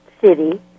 city